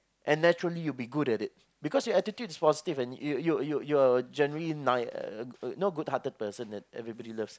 and naturally you will be good at it because your attitude is positive and you you your generally nice you know good hearted person that everybody loves